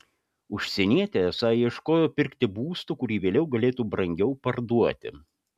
užsienietė esą ieškojo pirkti būsto kurį vėliau galėtų brangiau parduoti